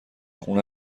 خونه